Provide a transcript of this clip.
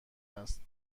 است